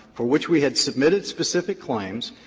for which we had submitted specific claims,